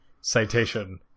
citation